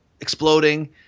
exploding